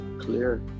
clear